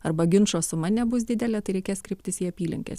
arba ginčo suma nebus didelė tai reikės kreiptis į apylinkės